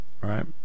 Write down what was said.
right